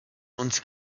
uns